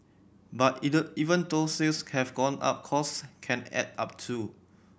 but either even though sales have gone up costs can add up too